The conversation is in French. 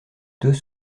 deux